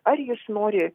ar jis nori